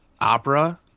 Opera